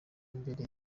imbere